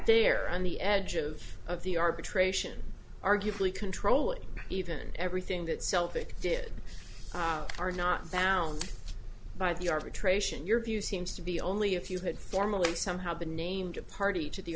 there on the edge of of the arbitration arguably controlling even everything that celtic did are not bound by the arbitration your view seems to be only if you had formally somehow been named a party to the